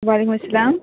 وعلیکم السّلام